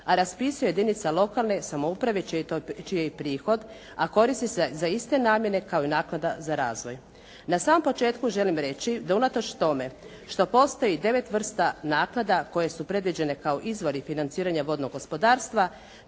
a raspisuje jedinica lokalne samouprave čiji je i prihod, a koristi se za iste namjene kao i naknada za razvoj. Na samom početku želim reći da unatoč tome što postoji 9 vrsta naknada koje su predviđene kao izvori financiranja vodnog gospodarstva,